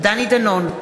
דני דנון,